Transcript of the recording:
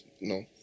no